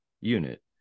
unit